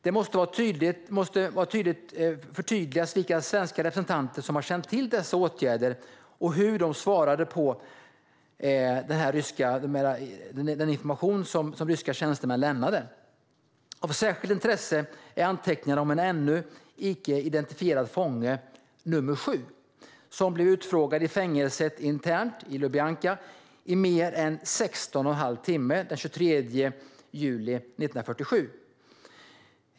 Det måste förtydligas vilka svenska representanter som har känt till dessa åtgärder och hur de svarade på den information som ryska tjänstemän lämnade. Av särskilt intresse är anteckningar om en ännu icke identifierad fånge, nr 7, som blir utfrågad internt i Lubjankafängelset i mer än 16 1⁄2 timme den 23 juli 1947.